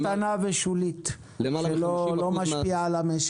כנראה אתם קבוצה קטנה ושולית שלא משפיעה על המשק.